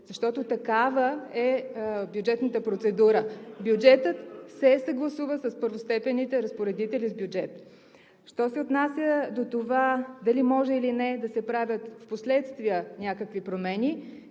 Защото такава е бюджетната процедура. Бюджетът се съгласува с първостепенните разпоредители с бюджет. Що се отнася до това дали може, или не да се правят впоследствие някакви промени